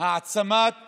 העצמת